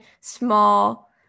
small